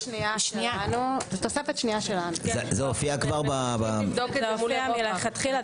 זה הופיע לכתחילה.